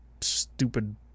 stupid